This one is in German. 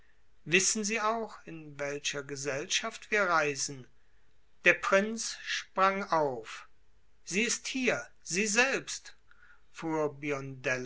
wissen sie auch in welcher gesellschaft wir reisen der prinz sprang auf sie ist hier sie selbst fuhr